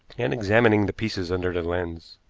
and examining the pieces under the lens.